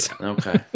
Okay